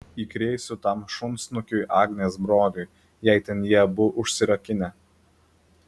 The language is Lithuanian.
įkrėsiu tam šunsnukiui agnės broliui jei ten jie abu užsirakinę